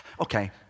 Okay